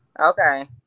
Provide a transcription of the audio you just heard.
okay